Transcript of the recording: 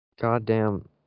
Goddamn